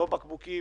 לא בקבוקים,